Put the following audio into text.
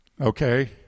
Okay